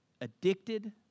addicted